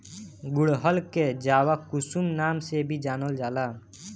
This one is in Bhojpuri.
गुड़हल के जवाकुसुम नाम से भी जानल जाला